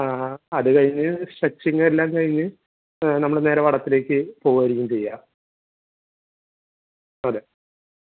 ആ അത് കഴിഞ്ഞ് സ്ട്രെച്ചിങ്ങ് എല്ലാം കഴിഞ്ഞ് നമ്മൾ നേരെ വടത്തിലേക്ക് പോവുകയായിരിക്കും ചെയ്യുക അതെ